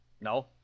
No